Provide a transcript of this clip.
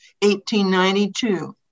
1892